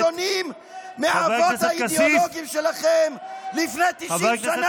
אתם לא שונים מאבות האידיאולוגיים שלכם לפני 90 שנה.